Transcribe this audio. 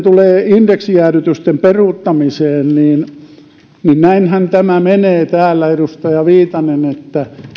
tulee indeksijäädytysten peruuttamiseen niin niin näinhän se menee täällä edustaja viitanen että